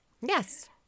Yes